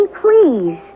please